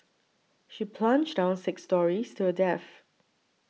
she plunged down six storeys to her death